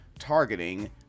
targeting